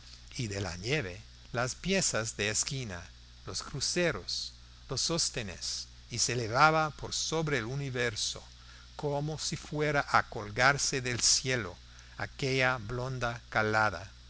y de la nieve las piezas de esquina los cruceros los sostenes y se elevaba por sobre el universo como si fuera a colgarse del cielo aquella blonda calada